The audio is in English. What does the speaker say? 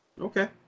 Okay